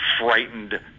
frightened